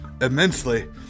immensely